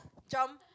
jump